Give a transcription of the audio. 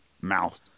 Mouth